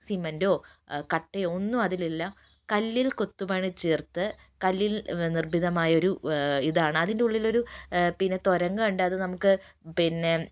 സിമന്റോ കട്ടയോ ഒന്നും അതിലില്ല കല്ലിൽ കൊത്തുപണി ചേർത്ത് കല്ലിൽ നിർമിതമായ ഒരു ഇതാണ് അതിൻ്റെ ഉള്ളിലൊരു പിന്നെ തുരങ്കമുണ്ട് അതു നമുക്ക് പിന്നെ